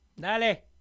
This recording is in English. Dale